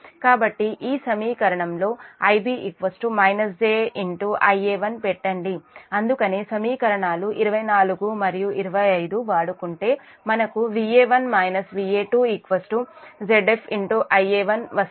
కాబట్టి ఈ సమీకరణంలో Ib j Ia1 పెట్టండి అందుకనే సమీకరణాలు 24 మరియు 25 వాడుకుంటే మనకు Va1- Va2 Zf Ia1 వస్తుంది